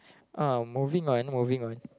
uh moving on moving on